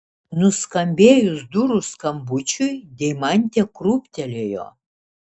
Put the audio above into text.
nuskambėjus durų skambučiui deimantė krūptelėjo